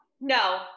No